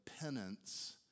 penance